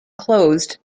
closed